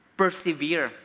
persevere